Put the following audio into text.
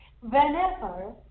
Whenever